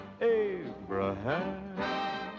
Abraham